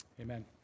Amen